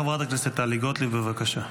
חברת הכנסת טלי גוטליב, בבקשה.